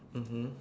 mmhmm